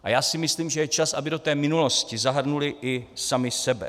A já si myslím, že je čas, aby do té minulosti zahrnuli i sami sebe.